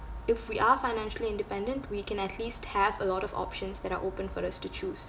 if we are financially independent we can at least have a lot of options that are open for us to choose